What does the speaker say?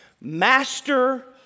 Master